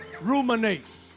Ruminate